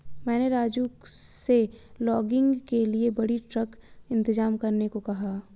मैंने राजू से लॉगिंग के लिए बड़ी ट्रक इंतजाम करने को कहा है